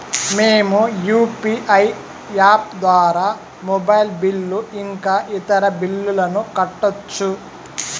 మేము UPI app ద్వారా mobile bill ఇంకా ఇతర బిల్లులను కట్టొచ్చు